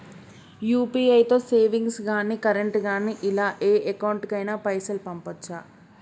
UPI తో savings గాని current గాని ఇలా ఏ అకౌంట్ కైనా పైసల్ పంపొచ్చా?